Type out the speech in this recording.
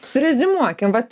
sureziumuokim vat